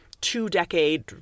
two-decade